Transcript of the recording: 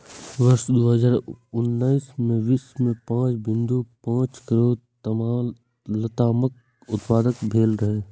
वर्ष दू हजार उन्नैस मे विश्व मे पांच बिंदु पांच करोड़ लतामक उत्पादन भेल रहै